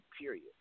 period